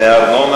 מהארנונה,